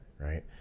right